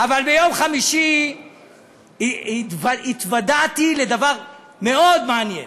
אבל ביום חמישי התוודעתי לדבר מאוד מעניין.